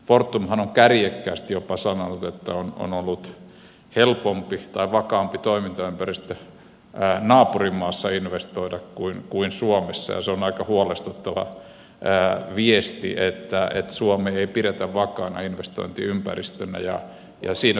fortumhan on kärjekkäästi jopa sanonut että on ollut helpompi tai vakaampi toimintaympäristö naapurimaassa investoida kuin suomessa ja se on aika huolestuttava viesti että suomea ei pidetä vakaana investointiympäristönä